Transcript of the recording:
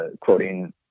quoting